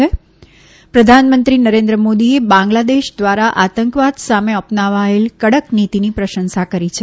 પ્રધાનમંત્રી નરેન્દ્ર મોદીએ બાંગ્લાદેશ દ્વારા આતંકવાદ સામે અપનાવાયેલ કડક નીતિની પ્રશંસા કરી છે